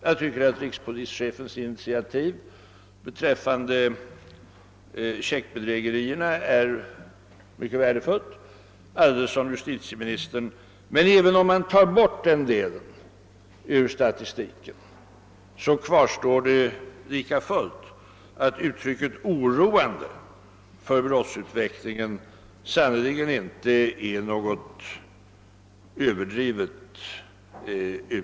Jag tycker att rikspolischefens initiativ beträffande checkbedrägerierna är mycket värdefullt. Men även om man tar bort den delen ur statistiken, kvarstår det lika fullt att uttrycket »oroande», på tal om brottsutvecklingen, sannerligen inte är öÖöverdrivet.